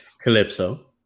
Calypso